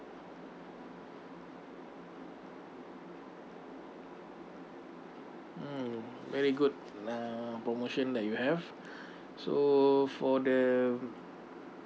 mm very good uh promotion that you have so for the